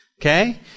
okay